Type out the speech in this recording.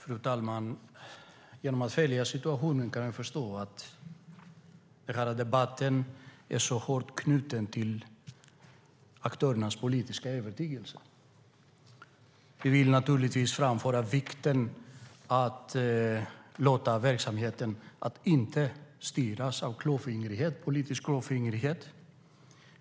STYLEREF Kantrubrik \* MERGEFORMAT Svar på interpellationerFru talman! Den här debatten är hårt knuten till aktörernas politiska övertygelse. Vi vill naturligtvis framföra vikten av att inte låta verksamheten styras av politisk klåfingrighet.